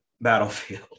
battlefield